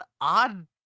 odd